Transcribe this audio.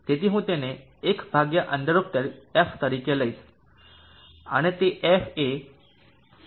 તેથી હું તેને 1√f તરીકે લઈશ અને તે fએ 1√0